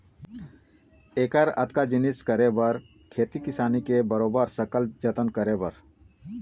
ऐकर अतका जिनिस करे बर खेती किसानी के बरोबर सकल जतन करे बर